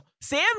Sam